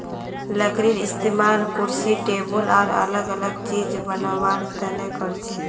लकडीर इस्तेमाल कुर्सी टेबुल आर अलग अलग चिज बनावा तने करछी